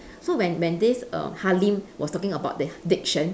so when when this err harlem was talking about the diction